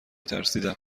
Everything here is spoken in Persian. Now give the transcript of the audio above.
ترسیدم